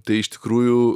tai iš tikrųjų